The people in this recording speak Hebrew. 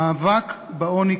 המאבק בעוני,